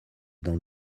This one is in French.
dans